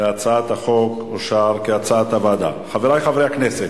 להצעת החוק, כהצעת הוועדה, נתקבל.